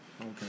Okay